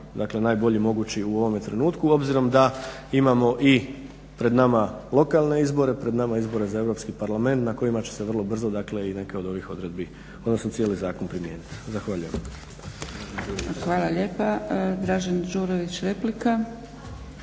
dakle najbolji mogući u ovome trenutku obzirom da imamo i pred nama lokalne izbore, pred nama izbore za Europski parlament na kojima će se vrlo brzo dakle i neke od ovih odredbi, odnosno cijeli zakon primijeniti. Zahvaljujem. **Zgrebec, Dragica (SDP)** Hvala lijepa. Dražen Đurović, replika.